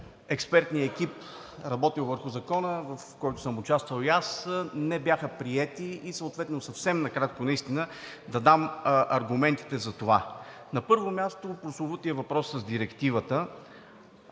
експертният екип, работил върху закона, в който съм участвал и аз, не бяха приети, и съвсем накратко наистина да дам аргументите за това. На първо място, прословутият въпрос с директивата.